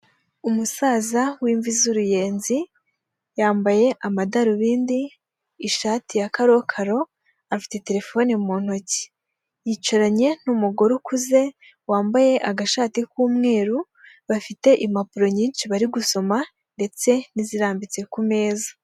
Umusaza w'imvi z'uruyenzi yambaye amadarubindi, ishati ya karokaro afite telefone mu ntoki; yicaranye n'umugore ukuze wambaye agashati k'umweru, bafite impapuro nyinshi bari gusoma ndetse n'izirambitse ku meza.